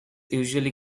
usually